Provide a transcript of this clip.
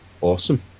Awesome